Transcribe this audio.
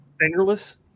Fingerless